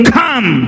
come